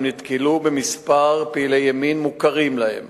הם נתקלו בכמה פעילי ימין מוכרים להם